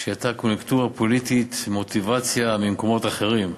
שהייתה קוניונקטורה פוליטית עם מוטיבציה ממקומות אחרים.